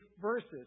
verses